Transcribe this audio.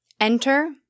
enter